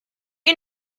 you